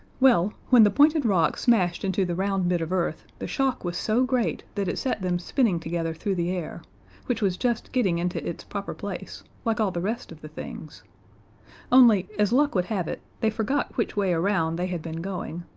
well, when the pointed rock smashed into the round bit of earth the shock was so great that it set them spinning together through the air which was just getting into its proper place, like all the rest of the things only, as luck would have it, they forgot which way around they had been going,